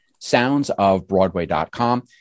soundsofbroadway.com